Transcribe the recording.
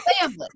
family